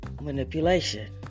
manipulation